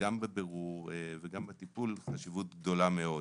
גם בבירור וגם בטיפול, חשיבות גדולה מאוד.